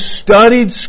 studied